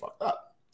up